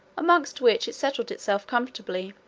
amongst which it settled itself comfortably.